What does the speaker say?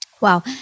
Wow